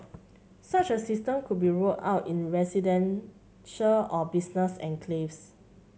such a system could be rolled out in residential or business enclaves